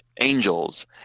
angels